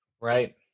Right